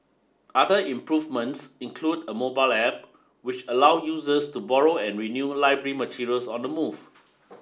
other improvements include a mobile App which allows users to borrow and renew library materials on the move